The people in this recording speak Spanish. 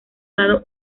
dado